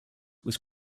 was